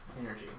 energy